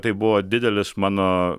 tai buvo didelis mano